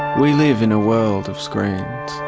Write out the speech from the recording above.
we live in a world of screens.